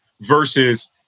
versus